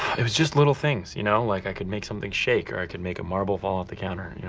it was just little things, you know? like, i could make something shake, or i could make a marble fall off the counter, you know?